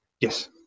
yes